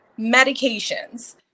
medications